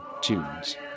tunes